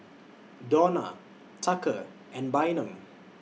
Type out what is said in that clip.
Dawna Tucker and Bynum